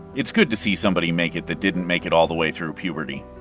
it's good to see somebody make it that didn't make it all the way through puberty.